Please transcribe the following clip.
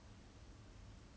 ya I guess so cause like